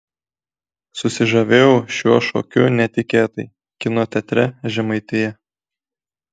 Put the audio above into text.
susižavėjau šiuo šokiu netikėtai kino teatre žemaitija